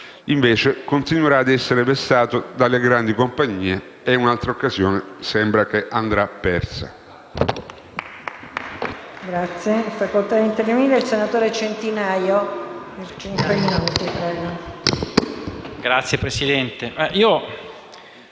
Invece, continuerà a essere vessato dalle grandi compagnie e un'altra occasione sembra che andrà persa.